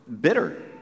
bitter